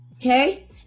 Okay